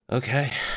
Okay